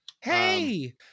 Hey